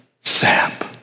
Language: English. sap